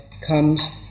comes